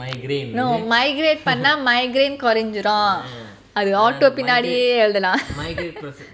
no migrate பண்ணா:panna migrate கொறஞ்சிரும் அது:koranchirum adhu auto பின்னாடியே எழுதலாம்:pinnadiye ezhuthalam